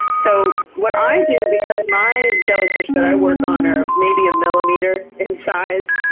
so what i do, because my jellyfish that i work on are maybe a millimeter in size,